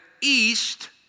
east